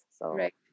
Right